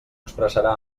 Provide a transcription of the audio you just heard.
expressarà